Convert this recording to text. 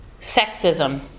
sexism